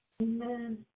Amen